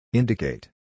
indicate